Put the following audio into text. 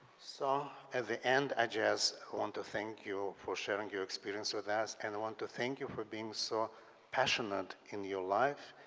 so, at the end, i just want to thank you for sharing your experiences with us and want to thank you for being so passionate in your life,